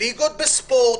ליגות בספורט,